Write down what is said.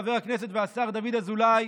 חבר הכנסת והשר דוד אזולאי,